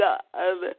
God